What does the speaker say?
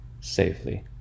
safely